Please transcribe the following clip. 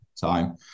time